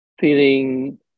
feeling